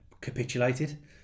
capitulated